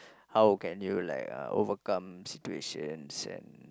how can you like uh overcome situations and